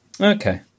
okay